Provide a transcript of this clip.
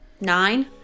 nine